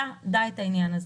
דע את העניין הזה.